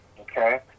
okay